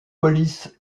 police